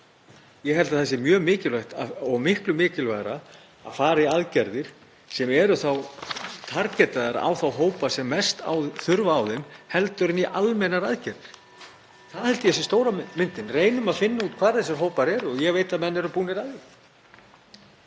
ég held að það sé mjög mikilvægt og miklu mikilvægara að fara í aðgerðir sem er beint til þeirra hópa sem mest þurfa á þeim að halda heldur en í almennar aðgerðir. (Forseti hringir.) Það held ég að sé stóra myndin. Reynum að finna út hvar þessir hópar eru og ég veit að menn eru búnir að því.